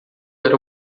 era